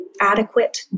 adequate